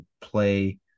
play